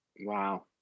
wow